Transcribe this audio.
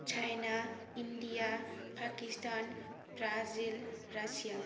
China India Pakistan Brasil Russia